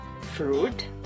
Fruit